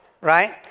right